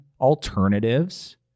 alternatives